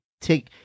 take